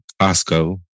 Costco